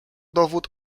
dowód